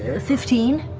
ah fifteen,